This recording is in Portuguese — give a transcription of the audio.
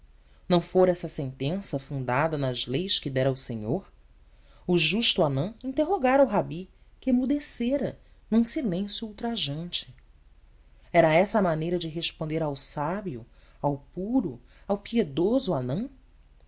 não fora essa sentença fundada nas leis que dera o senhor o justo hanão interrogara o rabi que emudecera num silêncio ultrajante era essa a maneira de responder ao sábio ao puro ao piedoso hanão